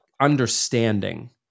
understanding